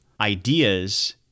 ideas